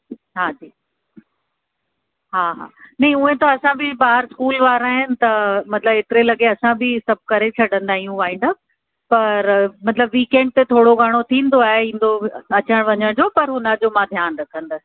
हा जी हा हा नही उहे त असां बि ॿार स्कूल वारा आहिनि त मतिलबु एतिरे लॻे असां बि सभ करे छॾंदा आहियूं वाइंड अप पर मतिलबु वीकएंड ते थोरो घणो थींदो आहे ईंदो अचण वञण जो पर हुन जो मां ध्यानु रखंदसि